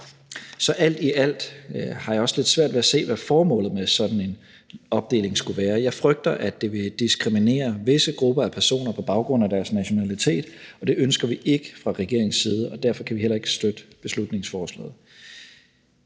Så alt i alt har jeg lidt svært ved at se, hvad formålet med sådan en opdeling skulle være. Jeg frygter, at det vil diskriminere visse grupper af personer på baggrund af deres nationalitet, og det ønsker vi ikke fra regeringens side. Derfor kan vi heller ikke støtte beslutningsforslaget.